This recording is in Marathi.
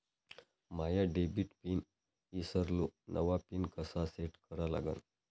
माया डेबिट पिन ईसरलो, नवा पिन कसा सेट करा लागन?